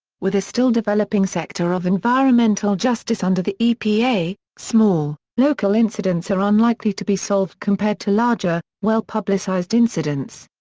with a still developing sector of environmental justice under the epa, small, local incidents are unlikely to be solved compared to larger, well publicized incidents.